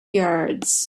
yards